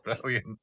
brilliant